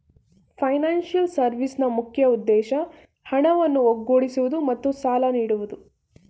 financial ಸರ್ವಿಸ್ನ ಮುಖ್ಯ ಉದ್ದೇಶ ಹಣವನ್ನು ಒಗ್ಗೂಡಿಸುವುದು ಮತ್ತು ಸಾಲ ನೀಡೋದು